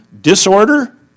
disorder